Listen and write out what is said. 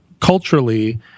culturally